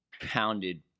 pounded